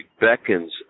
beckons